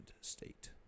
State